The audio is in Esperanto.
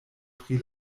pri